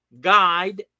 guide